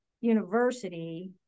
University